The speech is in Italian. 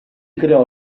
creò